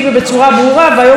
והיום שמענו את זה,